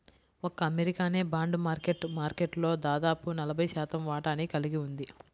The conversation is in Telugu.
ఒక్క అమెరికానే బాండ్ మార్కెట్ మార్కెట్లో దాదాపు నలభై శాతం వాటాని కలిగి ఉంది